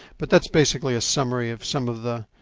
but that's basically a summary of some of the,